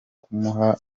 kumuha